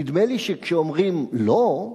נדמה לי שכשאומרים "לא",